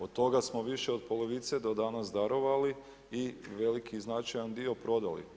Od toga smo više od polovice do danas darovali i veliki značajan dio prodali.